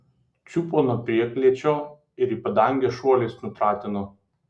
čiupo nuo prieklėčio ir į padangę šuoliais nutratino